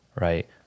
right